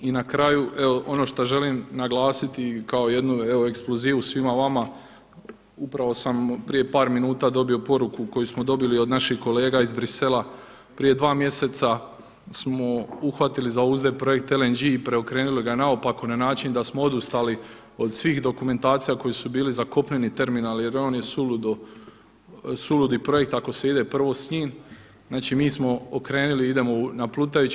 I na kraju ono što želim naglasiti kao jednu ekskluzivu svima vama, upravo sam prije par minuta dobio poruku koju smo dobili od naših kolega iz Bruxellesa, prije dva mjeseca smo uhvatili za uzde LNG i preokrenuli ga naopako na način da smo odustali od svih dokumentacija koje su bile za kopneni terminal jer je on suludi projekt ako se ide prvo s njim, znači mi smo okrenuli idemo na plutajući.